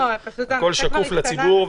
הכול שקוף לציבור,